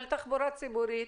תחבורה ציבורית.